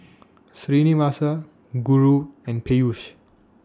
Srinivasa Guru and Peyush